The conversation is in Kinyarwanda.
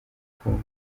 congo